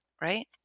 right